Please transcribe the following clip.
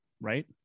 right